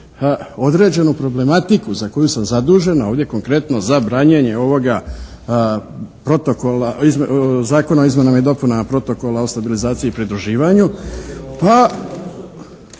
određenu problematiku za koju sam zadužen, a ovdje konkretno za branjenje ovoga protokola, Zakona o izmjenama i dopunama Protokola o stabilizaciji i pridruživanju.